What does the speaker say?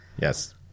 Yes